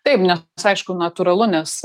taip ne aišku natūralu nes